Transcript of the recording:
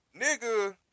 nigga